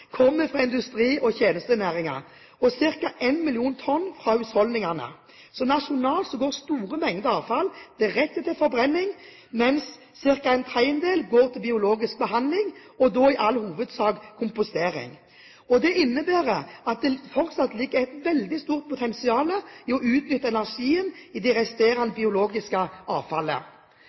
og ca. 1 million tonn fra husholdningene. Så nasjonalt går store mengder avfall direkte til forbrenning, mens ca. ⅓ går til biologisk behandling, da i all hovedsak til kompostering. Dette innebærer at det fortsatt ligger et veldig stort potensial i å utnytte energien i det resterende biologiske avfallet.